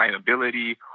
sustainability